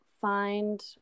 find